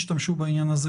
זאת